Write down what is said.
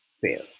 fail